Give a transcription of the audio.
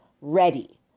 Ready